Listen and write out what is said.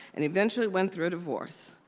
and eventually went through divorce.